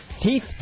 Teeth